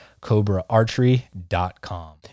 cobraarchery.com